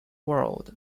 world